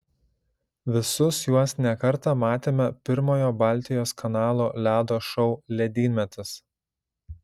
visus juos ne kartą matėme pirmojo baltijos kanalo ledo šou ledynmetis